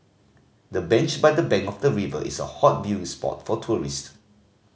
the bench by the bank of the river is a hot viewing spot for tourists